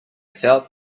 felt